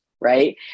right